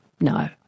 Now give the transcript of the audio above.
no